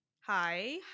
Hi